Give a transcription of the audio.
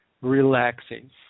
relaxing